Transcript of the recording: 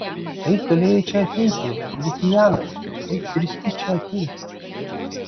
kaip galėjai čia ateiti lukianai kaip drįsti čia ateiti